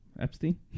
epstein